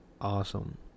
awesome